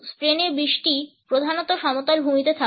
স্পেনে বৃষ্টি প্রধানত সমতল ভূমিতে থাকে